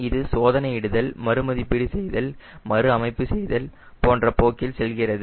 இது சோதனை இடுதல் மறுமதிப்பீடு செய்தல் மறு அமைப்பு செய்தல் போன்ற போக்கில் செல்கிறது